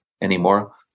anymore